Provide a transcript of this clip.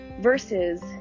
versus